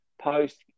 post